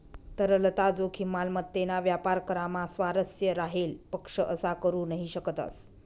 तरलता जोखीम, मालमत्तेना व्यापार करामा स्वारस्य राहेल पक्ष असा करू नही शकतस